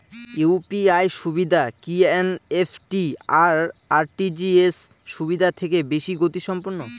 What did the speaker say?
UPI সুবিধা কি NEFT আর আর.টি.জি.এস সুবিধা থেকে বেশি গতিসম্পন্ন?